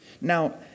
Now